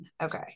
Okay